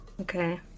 Okay